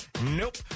Nope